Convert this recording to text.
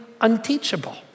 unteachable